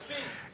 זה ספין,